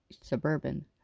Suburban